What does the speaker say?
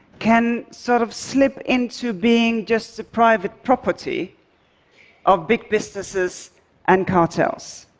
can sort of slip into being just the private property of big businesses and cartels,